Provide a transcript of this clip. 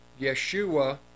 Yeshua